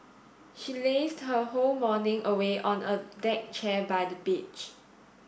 she lazed her whole morning away on a deck chair by the beach